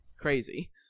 crazy